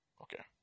Okay